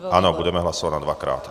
Ano, budeme hlasovat nadvakrát.